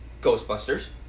Ghostbusters